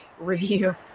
review